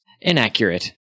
inaccurate